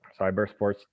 cybersports